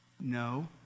No